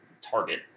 target